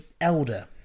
Elder